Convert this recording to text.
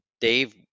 Dave